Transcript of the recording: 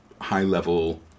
high-level